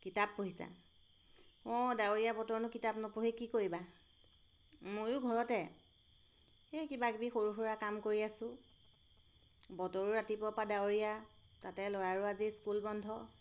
কিতাপ পঢ়িছা অঁ ডাৱৰীয়া বতৰনো কিতাপ নপঢ়ি কি কৰিবা ময়ো ঘৰতে সেই কিবাকিবি সৰু সুৰা কাম কৰি আছোঁ বতৰো ৰাতিপুৱাৰ পৰা ডাৱৰীয়া তাতে ল'ৰাৰো আজি স্কুল বন্ধ